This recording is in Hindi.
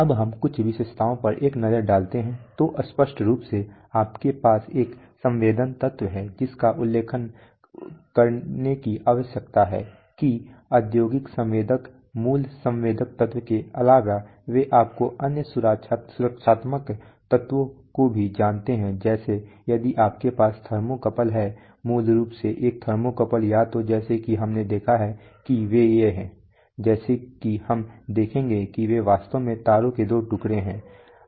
अब हम कुछ विशेषताओं पर एक नज़र डालते हैं तो स्पष्ट रूप से आपके पास एक संवेदन तत्व है जिसका उल्लेख करने की आवश्यकता है कि औद्योगिक संवेदक मूल संवेदन तत्व के अलावा वे आपको अन्य सुरक्षात्मक तत्वों को भी जानते हैं जैसे यदि आपके पास थर्मोकपल है मूल रूप से एक थर्मोकपल या तो जैसा कि हमने देखा है कि वे हैं जैसा कि हम देखेंगे कि वे वास्तव में तारों के दो टुकड़े हैं